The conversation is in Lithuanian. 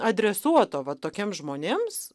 adresuoto va tokiems žmonėms